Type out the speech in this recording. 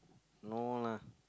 no lah